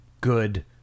Good